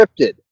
scripted